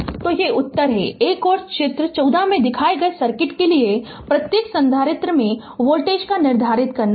तो यह उत्तर है एक और उदाहरण चित्र 14 में दिखाए गए सर्किट के लिए प्रत्येक संधारित्र में वोल्टेज निर्धारित करता है